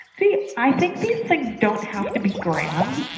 see, i think these things don't have to be grand.